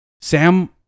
Sam